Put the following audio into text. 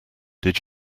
did